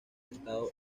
estado